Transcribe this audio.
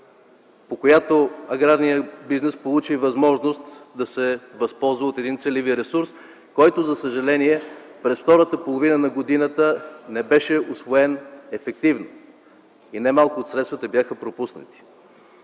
по която аграрният бизнес получи възможност да се възползва от целеви ресурс, който за съжаление през втората половина на годината не беше усвоен ефективно и не малко от средствата бяха пропуснати.